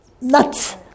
nuts